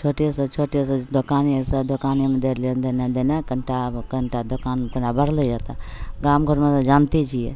छोटेसे छोटे दोकानोसे दोकानोमे जे लेनाइ देनाइ कनिटा कनिटा दोकान ओकरा बढ़ललै हइ तऽ गाम घरमे तऽ जानिते छिए